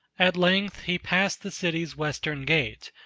at length he passed the city's western gate,